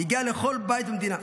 הגיע לכל בית במדינה,